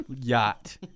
yacht